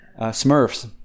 Smurfs